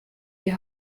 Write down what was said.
die